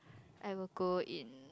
I will go in